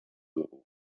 dugu